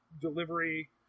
delivery